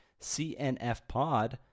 CNFPOD